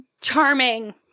charming